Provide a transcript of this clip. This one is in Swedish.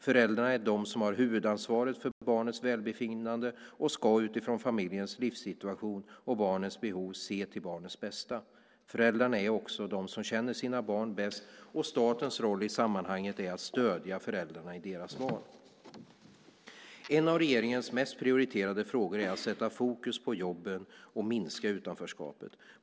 Föräldrarna är de som har huvudansvaret för barnets välbefinnande och ska, utifrån familjens livssituation och barnets behov, se till barnets bästa. Föräldrarna är också de som känner sina barn bäst, och statens roll i sammanhanget är att stödja föräldrarna i deras val. En av regeringens mest prioriterade frågor är att sätta fokus på jobben och minska utanförskapet.